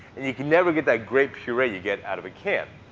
and you can never get that great puree you get out of a can.